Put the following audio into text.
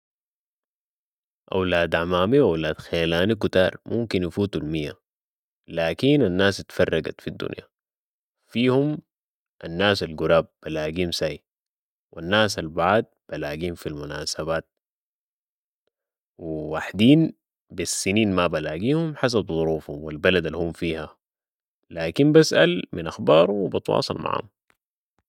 اولاد أعمامي و اولاد خيلاني كتار ممكن يفوتوا الميه ، لكن الناس إتفرقت في الدنيا ، فيهم الناس القراب بلاقيهم ساي و الناس البعاد بلاقيهم في المناسبات و واحدين بالسنين ما بلاقيهم حسب ظروفهم والبلد الهم فيها لكن بسال من أخبارهم و بتواصل معاهم